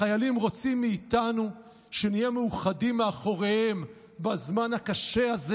החיילים רוצים מאיתנו שנהיה מאוחדים מאחוריהם בזמן הקשה הזה.